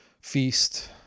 Feast